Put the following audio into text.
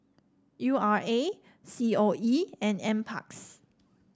U R A C O E and NParks